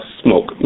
smoke